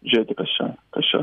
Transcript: žėti kas čia kas čia